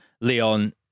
Leon